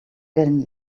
getting